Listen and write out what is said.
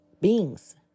beings